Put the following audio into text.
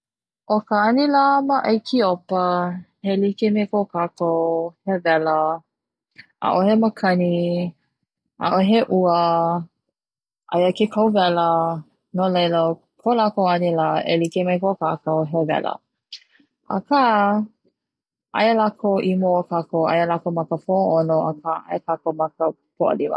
'O ka 'anila ma 'aikiopa e like me ko kakou he wela 'a'ohe makani 'a'ohe ua aia ke kauwela no laila ko lakou 'anila e like me ko kakou he wela aka aia lakou i mua o kakou aia lakou ma ka po'aono aka aia kakou ma ka po'alima.